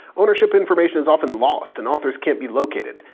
ownership information is often lost and authors can't be located.